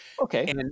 okay